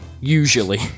Usually